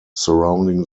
surrounding